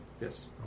Yes